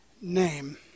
name